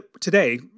today